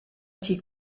chi